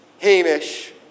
hamish